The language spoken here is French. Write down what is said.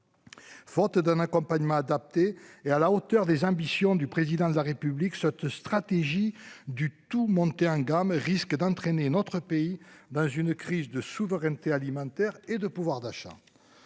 Faute d'un accompagnement adapté et à la hauteur des ambitions du président de la République. Cette stratégie du tout montée en gamme risque d'entraîner notre pays dans une crise de souveraineté alimentaire et de pouvoir d'achat.